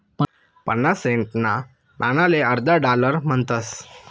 पन्नास सेंटना नाणाले अर्धा डालर म्हणतस